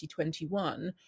2021